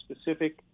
specific